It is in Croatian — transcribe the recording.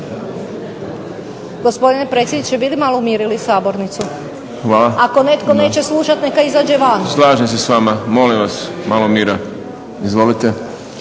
Gospodine predsjedniče bi li malo umirili ovu sabornicu? Ako netko neće slušati neka izađe van. …/Upadica predsjednik: Slažem se s vama. Molim vas malo mira. Izvolite./…